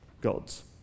gods